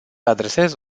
adresez